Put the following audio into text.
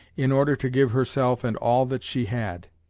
in order to give herself and all that she had.